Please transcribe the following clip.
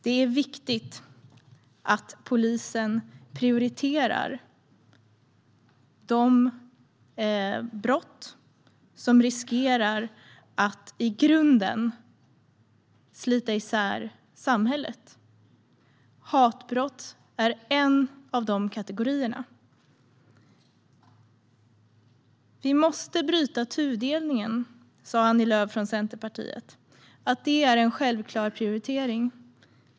Det är viktigt att polisen prioriterar de brott som riskerar att i grunden slita isär samhället. Hatbrott är en av de kategorierna. Vi måste bryta tudelningen, sa Annie Lööf från Centerpartiet. Det är en självklar prioritering.